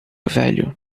velho